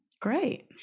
Great